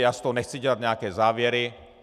Já z toho nechci dělat nějaké závěry.